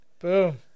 Boom